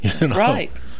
right